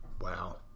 Wow